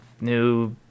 new